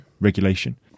regulation